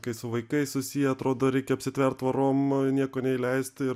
kai su vaikais susiję atrodo reikia apsitvert tvorom nieko neįleist ir